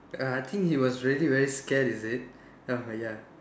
uh I think he was really very scared is it uh ya